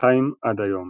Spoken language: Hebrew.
2000 - עד היום